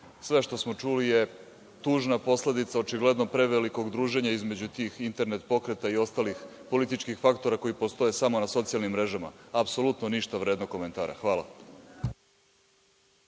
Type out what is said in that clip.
Sve što smo čuli je tužna posledica očigledno prevelikog druženja između tih internet pokreta i ostalih političkih faktora koji postoje samo na socijalnim mrežama. Apsolutno ništa vredno komentara. Hvala.